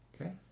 Okay